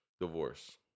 Divorce